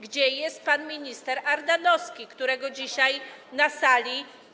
Gdzie jest pan minister Ardanowski, którego dzisiaj nie ma na sali?